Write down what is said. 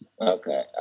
Okay